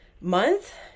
month